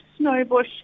Snowbush